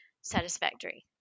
satisfactory